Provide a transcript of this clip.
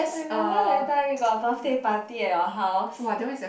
I remember that time you got birthday party at your house